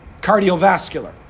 cardiovascular